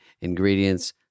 ingredients